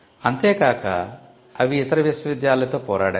అంతే కాక విశ్వవిద్యాలయాలు ఇతర విశ్వవిద్యాలయాలతో పోరాడాయి